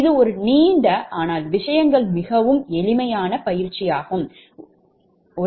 இது ஒரு நீண்ட ஆனால் விஷயங்கள் மிகவும் எளிமையான பயற்சி ஆகும்